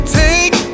take